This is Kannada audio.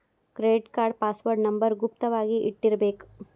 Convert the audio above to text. ಕ್ರೆಡಿಟ್ ಕಾರ್ಡ್ ಪಾಸ್ವರ್ಡ್ ನಂಬರ್ ಗುಪ್ತ ವಾಗಿ ಇಟ್ಟಿರ್ಬೇಕ